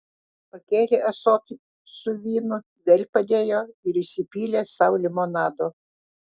pakėlė ąsotį su vynu vėl padėjo ir įsipylė sau limonado